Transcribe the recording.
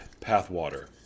Pathwater